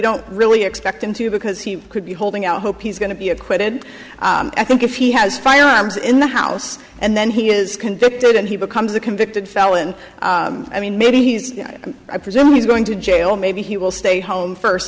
don't really expect him to because he could be holding out hope he's going to be acquitted i think if he has fine arms in the house and then he is convicted and he becomes a convicted felon i mean maybe he's i presume he's going to jail maybe he will stay home first